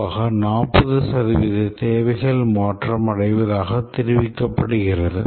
பொதுவாக 40 தேவைகள் மாற்றம் அடைவதாக தெரிவிக்கப்படுகிறது